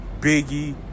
Biggie